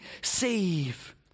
save